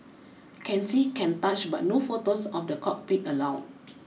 can see can touch but no photos of the cockpit allowed